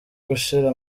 gushira